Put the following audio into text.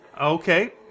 Okay